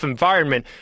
environment